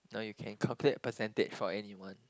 no you can calculate percentage for anyone